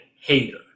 hater